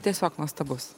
tiesiog nuostabus